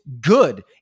good